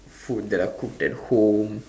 food that are cooked at home